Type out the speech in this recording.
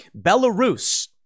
Belarus